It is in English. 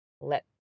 let